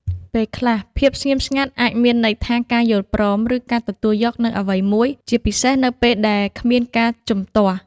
ពេលខ្លះ ភាពស្ងៀមស្ងាត់អាចមានន័យថាការយល់ព្រម ឬការទទួលយកនូវអ្វីមួយ ជាពិសេសនៅពេលដែលគ្មានការជំទាស់។